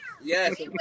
Yes